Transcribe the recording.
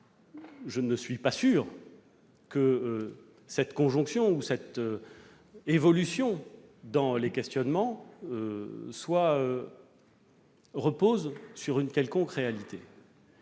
Je ne suis pas sûr que cette évolution dans les questionnements repose sur une quelconque réalité.